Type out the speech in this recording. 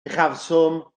uchafswm